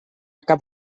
cap